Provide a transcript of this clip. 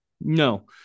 No